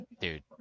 dude